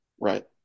Right